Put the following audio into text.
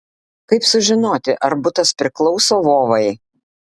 kaip sužinoti ar butas priklauso vovai